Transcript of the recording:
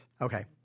okay